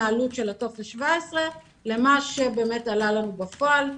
העלות של טופס 17 למה שבאמת עלה לנו בפועל.